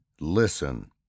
listen